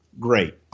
Great